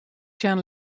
sjen